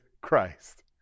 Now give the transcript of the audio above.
Christ